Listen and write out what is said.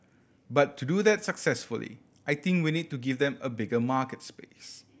but to do that successfully I think we need to give them a bigger market space